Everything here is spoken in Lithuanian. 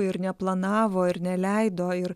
ir neplanavo ir neleido ir